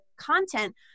content